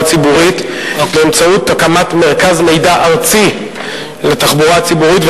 ציבורית באמצעות הקמת מרכז מידע ארצי לתחבורה ציבורית,